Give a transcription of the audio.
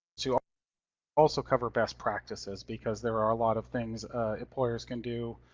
to also cover best practices, because there are a lot of things employers can do,